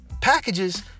packages